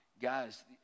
guys